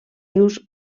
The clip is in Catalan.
rius